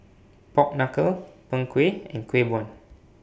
Pork Knuckle Png Kueh and Kueh Bom